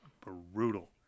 brutal